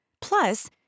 Plus